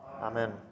Amen